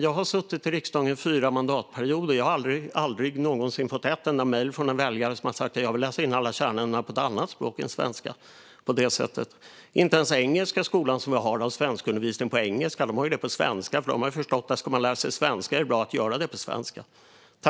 Jag har suttit i riksdagen i fyra mandatperioder, och jag har aldrig någonsin fått ett mejl från någon väljare som har sagt: Jag vill läsa in alla kärnämnen på ett annat språk än svenska. Inte ens engelska skolan, som vi har, har svenskundervisning på engelska. De har det på svenska, för de har förstått att ska man lära sig svenska är det bra att göra det på svenska.